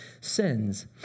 sins